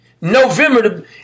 November